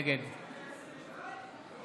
נגד